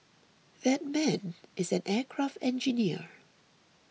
that man is an aircraft engineer